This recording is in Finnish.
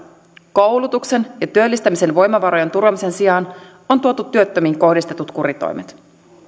koulutuksen ja työllistämisen voimavarojen turvaamisen sijaan on tuotu työttömiin kohdistetut kuritoimet